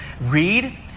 read